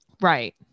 Right